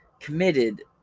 committed